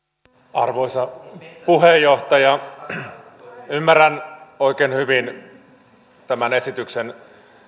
arvoisa puheenjohtaja ymmärrän oikein hyvin tämän esityksen